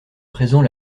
présent